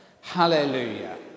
Hallelujah